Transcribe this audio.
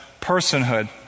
personhood